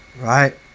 right